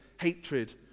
hatred